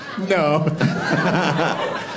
No